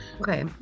okay